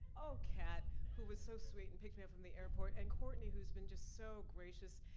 oh cat, who was so sweet and picked me from the airport and cortney, who's been just so gracious.